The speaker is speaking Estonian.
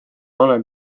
olen